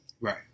Right